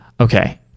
Okay